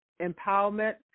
empowerment